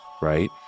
right